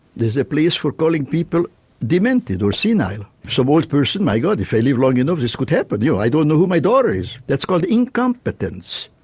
there is a place for calling people demented or senile. some old person my god, if i live long enough this could happen, you know, i don't know who my daughter is that's called incompetence.